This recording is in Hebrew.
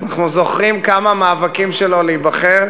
אנחנו זוכרים כמה מאבקים שלו להיבחר,